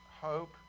Hope